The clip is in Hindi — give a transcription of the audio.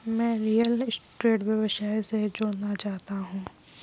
मैं रियल स्टेट व्यवसाय से जुड़ना चाहता हूँ